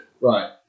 Right